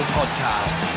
podcast